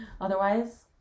Otherwise